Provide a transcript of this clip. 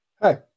Hi